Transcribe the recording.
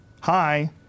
Hi